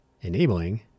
enabling